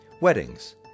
Weddings